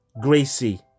Gracie